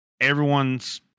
everyone's